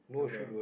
okay